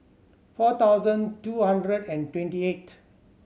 four thousand two hundred and twenty eight